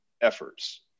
efforts